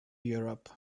europe